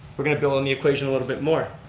we're going to build on the equation a little bit more.